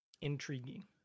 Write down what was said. intriguing